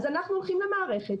אז אנחנו הולכים למערכת,